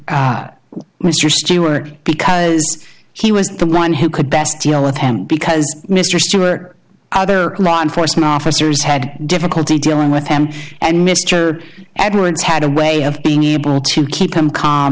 mr stewart because he was the one who could best deal with him because mr stewart other law enforcement officers had difficulty dealing with them and mr edwards had a way of being able to keep him calm